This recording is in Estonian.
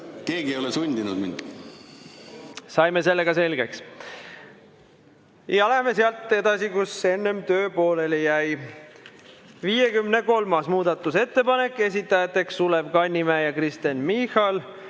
keegi ei ole mind sundinud. Saime selle ka selgeks ja läheme sealt edasi, kus enne töö pooleli jäi. 53. muudatusettepanek, esitajad Sulev Kannimäe ja Kristen Michal,